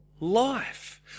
life